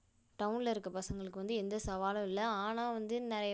டவுன்ல இருக்க பசங்களுக்கு வந்து எந்த சவாலும் இல்லை ஆனால் வந்து நிறைய